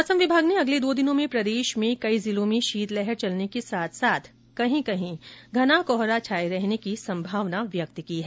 मौसम विभाग ने अगले दो दिनों में प्रदेश में कई जिलों में शीतलहर चलने के साथ साथ कहीं कहीं घना कोहरा छाये रहने की संभावना व्यक्त की है